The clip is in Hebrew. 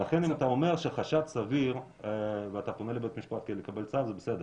לכן אם אתה אומר חשד סביר ואתה פונה לבית משפט כדי לקבל צו זה בסדר,